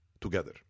together